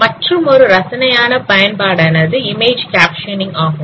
மற்றுமொரு ரசனையான பயன்பாடானது இமேஜ் கேப்ஷன்ங் ஆகும்